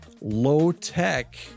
Low-tech